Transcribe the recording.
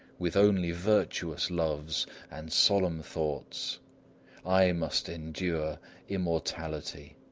with only virtuous loves and solemn thoughts i must endure immortality.